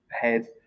head